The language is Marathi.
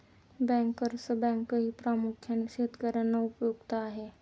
बँकर्स बँकही प्रामुख्याने शेतकर्यांना उपयुक्त आहे